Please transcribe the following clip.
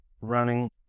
running